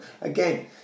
again